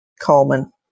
Coleman